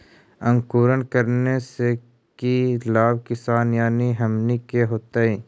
अंकुरण करने से की लाभ किसान यानी हमनि के होतय?